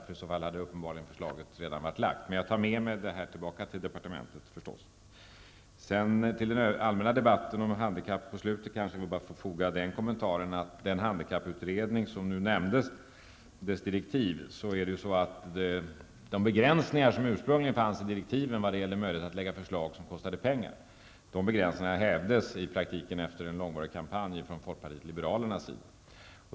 I så fall hade förslaget redan varit lagt. Jag tar med mig det här tillbaka till departementet. När det gäller den handikapputredning och dess direktiv, som nämndes på slutet i den allmänna debatten om de handikappade, kanske jag bara får tillfoga att de begränsningar som ursprungligen fanns i direktiven vad gällde möjlighet att lägga fram förslag som kostade pengar, hävdes i praktiken efter en långvarig kampanj från folkpartiet liberalerna.